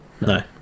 No